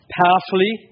powerfully